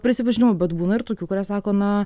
prisipažinimu bet būna ir tokių kurie sako na